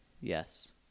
Yes